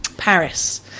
paris